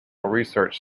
research